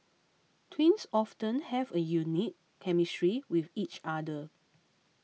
twins often have a unique chemistry with each other